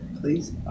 Please